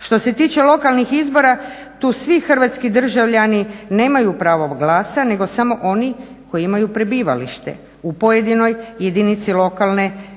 Što se tiče lokalnih izbora tu svi hrvatski državljani nemaju pravo glasa nego samo oni koji imaju prebivalište u pojedinoj jedinici lokalne samouprave.